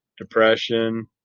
depression